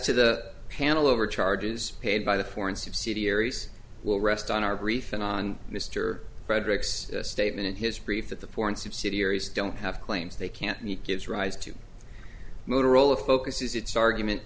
to the panel over charges paid by the foreign subsidiaries will rest on our brief and on mr fredericks statement in his brief that the foreign subsidiaries don't have claims they can't meet gives rise to motorola focuses its argument